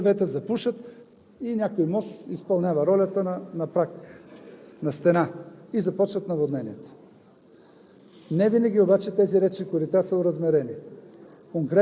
да не кажа боклуци, по деретата – те се събират. Случи се две-три дървета да запушат и някой мост изпълнява ролята на праг, на стена и започват наводненията.